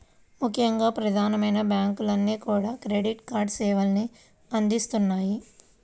ముఖ్యంగా ప్రధానమైన బ్యాంకులన్నీ కూడా క్రెడిట్ కార్డు సేవల్ని అందిత్తన్నాయి